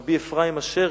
הרב אפרים אשרי,